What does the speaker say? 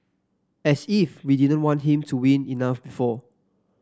as if we didn't want him to win enough before